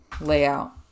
layout